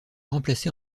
remplacé